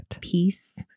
peace